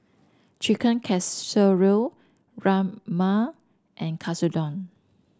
Chicken Casserole Rajma and Katsudon